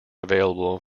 available